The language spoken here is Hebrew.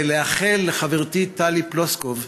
ולאחל לחברתי טלי פלוסקוב,